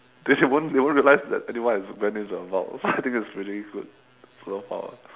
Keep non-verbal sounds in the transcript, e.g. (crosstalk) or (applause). they won't they won't realize that anyone has went into the vault (laughs) so I think it's really good superpower